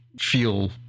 feel